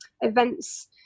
events